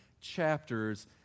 chapters